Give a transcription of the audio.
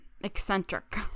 eccentric